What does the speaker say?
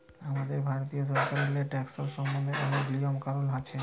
আমাদের ভারতীয় সরকারেল্লে ট্যাকস সম্বল্ধে অলেক লিয়ম কালুল আছে